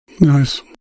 Nice